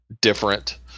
different